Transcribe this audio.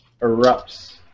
erupts